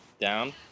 Down